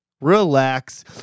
relax